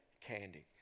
candy